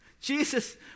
Jesus